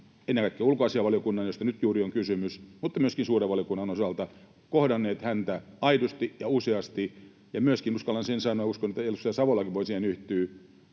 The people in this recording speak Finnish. ennen kaikkea ulkoasiainvaliokunnan, josta nyt juuri on kysymys, että myöskin suuren valiokunnan osalta kohdanneet häntä aidosti ja useasti. Ja uskallan myöskin sen sanoa — uskon, että edustaja Savolakin voi siihen yhtyä